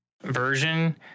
version